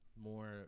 more